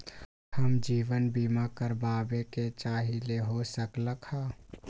हम जीवन बीमा कारवाबे के चाहईले, हो सकलक ह?